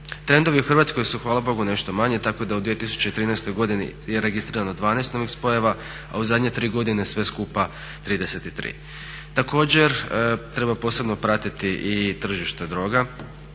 Trendovi u Hrvatskoj su hvala Bogu nešto manji tako da u 2013. godini je registrirano 12 novih spojeva a u zadnje 3 godine sve skupa 33. Također treba posebno pratiti i tržište droga